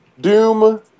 Doom